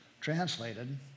translated